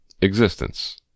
existence